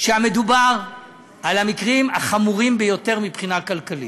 שמדובר על המקרים החמורים ביותר מבחינה כלכלית.